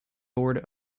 board